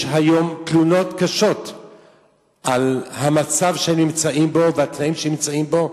יש היום תלונות קשות על המצב שנמצאים בו והתנאים שנמצאים בהם,